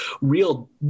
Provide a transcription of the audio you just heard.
real